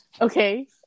Okay